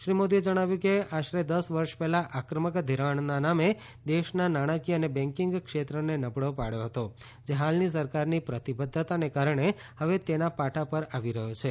શ્રી મોદીએ જણાવ્યું કે આશરે દસ વર્ષ પહેલાં આક્રમક ધિરાણના નામે દેશના નાણાકીય અને બેંકિંગ ક્ષેત્રને નબળો પાડ્યો હતો જે હાલની સરકારની પ્રતિબદ્ધતાને કારણે હવે તેના પાટા પર આવી રહ્યો છે